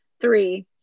three